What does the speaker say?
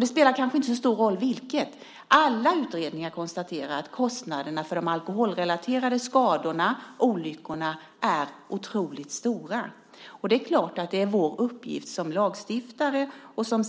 Det spelar kanske inte så stor roll vilka tal det är, därför att alla utredningar konstaterar att kostnaderna för de alkoholrelaterade skadorna och olyckorna är otroligt stora. Det är klart att det är vår uppgift som lagstiftare om bland annat